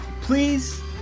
please